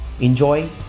Enjoy